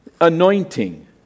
anointing